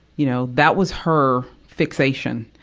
you know, that was her fixation.